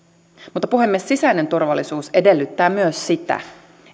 mutta puhemies sisäinen turvallisuus edellyttää myös sitä